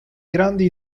grandi